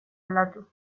aldatu